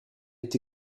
est